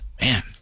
man